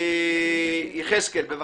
יחזקאל, בבקשה.